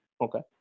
Okay